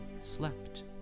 slept